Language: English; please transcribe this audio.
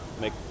make